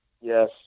Yes